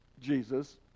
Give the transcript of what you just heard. Jesus